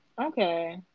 Okay